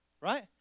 right